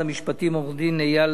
עורך-הדין איל זנדברג,